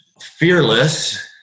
fearless